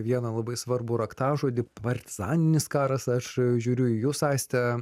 vieną labai svarbų raktažodį partizaninis karas aš žiūriu į jus aiste